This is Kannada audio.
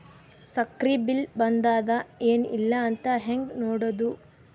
ಸಕ್ರಿ ಬಿಲ್ ಬಂದಾದ ಏನ್ ಇಲ್ಲ ಅಂತ ಹೆಂಗ್ ನೋಡುದು?